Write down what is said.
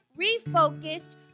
refocused